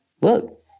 look